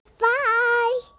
Bye